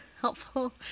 helpful